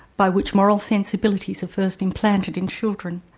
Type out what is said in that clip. by which moral sensibilities are first implanted in children.